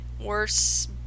worse